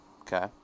Okay